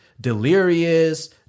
delirious